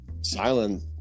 silent